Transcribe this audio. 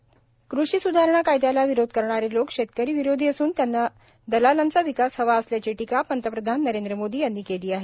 नमामी गंगे कषी संधारणा कायदयाला विरोध करणारे लोक शेतकरी विरोधी असून त्यांना दलालांचा विकास हवा असल्याची टीका पंतप्रधान नरेंद्र मोदी यांनी केली आहे